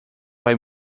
vai